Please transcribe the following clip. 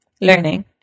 learning